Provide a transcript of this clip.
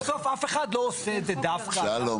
בסוף אף אחד לא עושה את זה דווקא --- שלום,